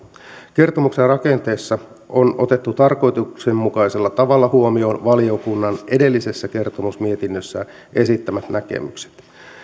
kertomuksen rakenteessa on otettu tarkoituksenmukaisella tavalla huomioon valiokunnan edellisessä kertomusmietinnössä esittämät näkemykset